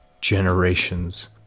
generations